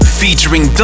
featuring